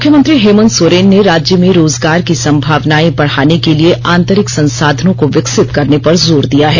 मुख्यमंत्री हेमंत सोरेन ने राज्य में रोजगार की संभावनाएं बढ़ाने के लिए आंतरिक संसाधनों को विकसित करने पर जोर दिया है